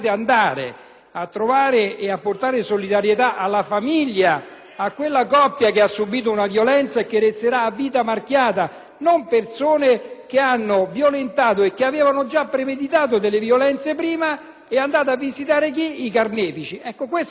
a trovare e portare solidarietà alla famiglia e a quella coppia che ha subìto una violenza e che resterà a vita marchiata, e non persone che hanno violentato e che avevano già premeditato violenze in precedenza. Chi andate a visitare? I carnefici. *(Commenti dei senatori